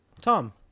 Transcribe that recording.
tom